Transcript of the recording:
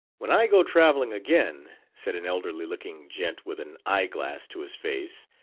when i go travelling again, said an elderly looking gent with an eye-glass to his face,